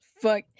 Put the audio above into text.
fuck